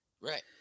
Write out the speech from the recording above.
Right